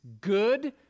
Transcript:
good